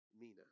mina